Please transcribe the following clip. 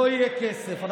לא יהיה כסף.